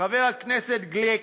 חבר הכנסת גליק,